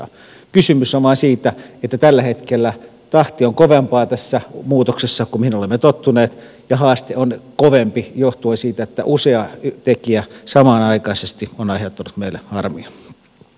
kysymys on vain siitä että tällä hetkellä tahti on kovempaa tässä muutoksessa kuin mihin olemme tottuneet ja haaste on kovempi johtuen siitä että usea tekijä samanaikaisesti on aiheuttanut meille harmia